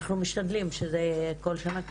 ,אנחנו משתדלים שזה יהיה כל שנה.